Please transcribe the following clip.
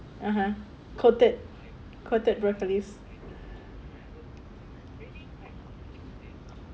(uh huh) coated coated broccoli